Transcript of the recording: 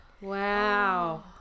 Wow